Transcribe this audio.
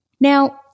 Now